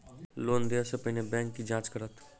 Loan देय सा पहिने बैंक की जाँच करत?